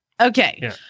Okay